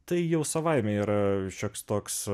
tai jau savaime yra šioks toks